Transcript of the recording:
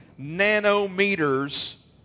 nanometers